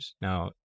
Now